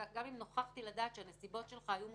גם אם נוכחתי לדעת שהנסיבות שלך היו מוצדקות,